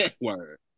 Word